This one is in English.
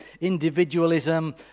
individualism